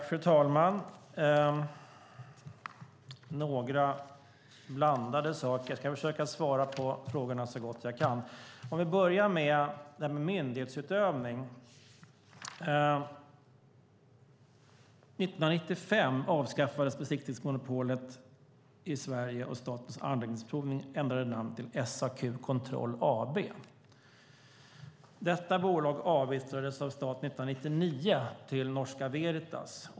Fru talman! Det var några blandade saker. Jag ska försöka svara på frågorna så gott jag kan. Låt oss börja med myndighetsutövningen. 1995 avskaffades besiktningsmonopolet i Sverige, och Statens Anläggningsprovning ändrade namn till SAQ Kontroll AB. Detta bolag avyttrades av staten 1999 till Det Norske Veritas.